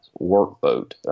Workboat